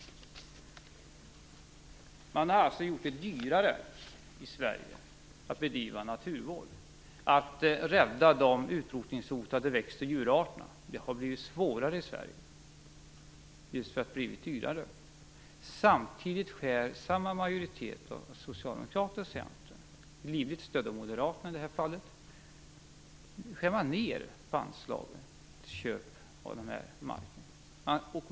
Man har gjort det dyrare i Sverige att bedriva naturvård, att rädda de utrotningshotade växt och djurarterna. Det har blivit svårare i Sverige, på grund av att det har blivit dyrare. Samtidigt skär samma majoritet av Socialdemokraterna och Centern, livligt stödda av Moderaterna i det här fallet, ned på anslagen till köp av den här marken.